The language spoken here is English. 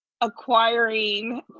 acquiring